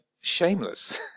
shameless